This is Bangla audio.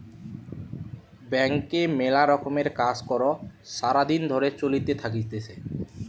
ব্যাংকে মেলা রকমের কাজ কর্ সারা দিন ধরে চলতে থাকতিছে